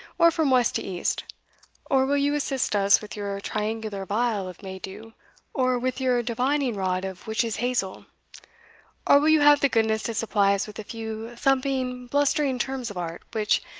or from west to east or will you assist us with your triangular vial of may-dew, or with your divining-rod of witches-hazel or will you have the goodness to supply us with a few thumping blustering terms of art, which,